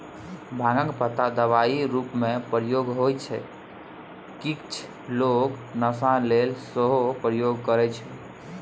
भांगक पात दबाइ रुपमे प्रयोग होइ छै किछ लोक नशा लेल सेहो प्रयोग करय छै